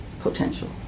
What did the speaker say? potential